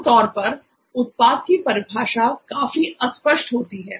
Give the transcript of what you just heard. आमतौर पर उत्पाद की परिभाषा काफी अस्पष्ट होती है